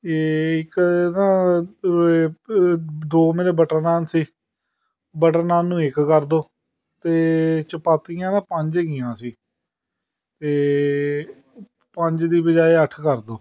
ਏ ਇੱਕ ਨਾ ਦੋ ਮੇਰੇ ਬਟਰ ਨਾਨ ਸੀ ਬਟਰ ਨਾਨ ਨੂੰ ਇੱਕ ਕਰ ਦਿਉ ਅਤੇ ਚਪਾਤੀਆਂ ਨਾ ਪੰਜ ਹੈਗੀਆਂ ਸੀ ਅਤੇ ਪੰਜ ਦੀ ਬਜਾਇ ਅੱਠ ਕਰ ਦਿਉ